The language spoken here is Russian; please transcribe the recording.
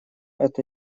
это